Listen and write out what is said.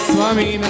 Swami